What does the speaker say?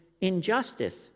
injustice